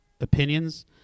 opinions